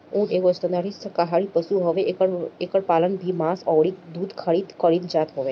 ऊँट एगो स्तनधारी शाकाहारी पशु हवे एकर पालन भी मांस अउरी दूध खारित कईल जात हवे